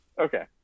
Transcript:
Okay